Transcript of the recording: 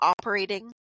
operating